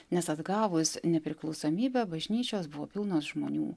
nes atgavus nepriklausomybę bažnyčios pilnos žmonių